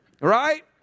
Right